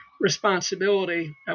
responsibility